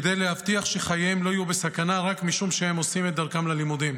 כדי להבטיח שחייהם לא יהיו בסכנה רק משום שהם עושים את דרכם ללימודים.